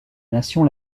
nation